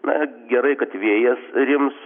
na gerai kad vėjas rims